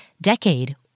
decade